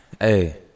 Hey